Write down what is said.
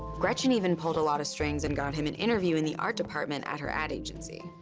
gretchen even pulled a lot of strings and got him an interview in the art department at her ad agency.